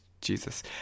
Jesus